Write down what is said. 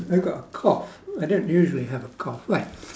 I've got a cough I don't usually have a cough right